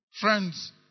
friends